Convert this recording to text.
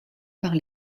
par